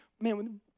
man